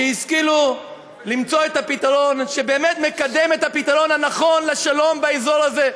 שהשכילו למצוא את הפתרון שבאמת מקדם את הפתרון הנכון לשלום באזור הזה,